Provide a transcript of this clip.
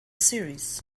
series